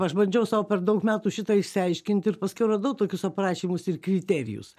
aš bandžiau sau per daug metų šitą išsiaiškinti ir paskiau radau tokius aprašymus ir kriterijus